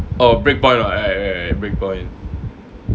oh breakpoint what right right right breakpoint